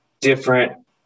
different